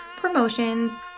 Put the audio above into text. promotions